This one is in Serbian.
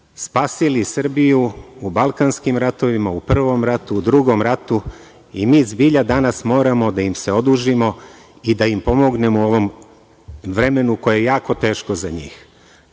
spasili Srbiju u balkanskim ratovima, u prvom ratu, u drugom ratu i mi zbilja danas moramo da im se odužimo i da im pomognemo u ovom vremenu koje je jako teško za njih. Vama